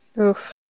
Oof